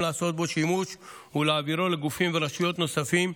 לעשות בו שימוש ולהעבירו לגופים ורשויות נוספים,